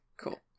cool